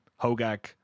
hogak